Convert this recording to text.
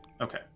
Okay